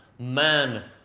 man